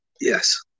Yes